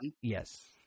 Yes